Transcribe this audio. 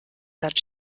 that